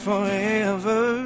Forever